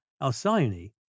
Alcyone